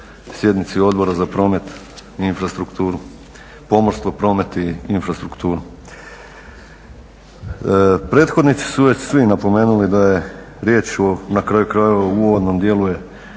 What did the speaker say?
sjednici Odbora za pomorstvo promet i infrastrukturu. Prethodnici su već svi napomenuli da je riječ o na kraju krajeva u uvodnom dijelu je